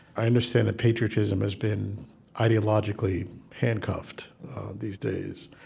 i understand that patriotism has been ideologically handcuffed these days.